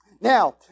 Now